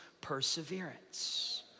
perseverance